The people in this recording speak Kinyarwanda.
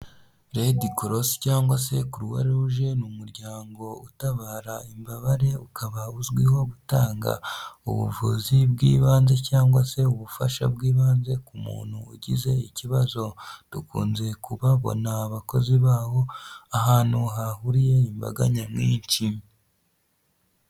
Redi korosi (red-cross) cyangwa se kuruwaruje (croix rouge)... niumuryango utabara imbabare ukaba uzwiho gutanga ubuvuzi bw'ibanze cyangwa se ubufasha bw'ibanze ku muntu wagize ikibazo dukunze kubabona abakozi babo ahantu hahuriye imbaga nyamwinshi.